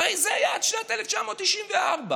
הרי זה היה כך עד שנת 1994,